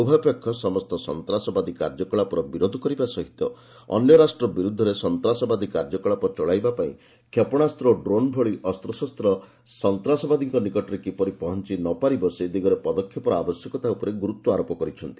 ଉଭୟପକ୍ଷ ସମସ୍ତ ସନ୍ତାସବାଦୀ କାର୍ଯ୍ୟକଳାପର ବିରୋଧ କରିବା ସହିତ ଅନ୍ୟ ରାଷ୍ଟ୍ର ବିରୁଦ୍ଧରେ ସନ୍ତାସବାଦୀ କାର୍ଯ୍ୟକଳାପ ଚଳାଇବା ପାଇଁ କ୍ଷେପଶାସ୍ତ୍ର ଓ ଡ୍ରୋନ୍ ଭଳି ଅସ୍ତ୍ରଶସ୍ତ ସନ୍ତ୍ରାସବାଦୀଙ୍କ ନିକଟରେ କିପରି ପହଞ୍ଚ ନ ପାରିବ ସେ ଦିଗରେ ପଦକ୍ଷେପର ଆବଶ୍ୟକତା ଉପରେ ଗୁରୁତ୍ୱାରୋପ କରିଛନ୍ତି